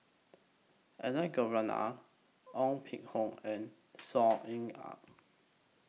Elangovan Ong Peng Hock and Saw Ean Ang